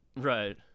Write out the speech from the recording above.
Right